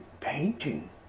painting